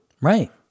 Right